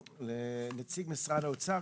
אני מבקש לחזור לנציג משרד האוצר,